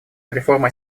реформа